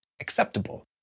acceptable